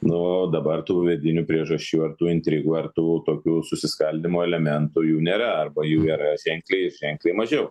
nu o dabar tų vidinių priežasčių ar tų intrigų ar tų tokių susiskaldymo elementų jų nėra arba jų yra ženkliai ženkliai mažiau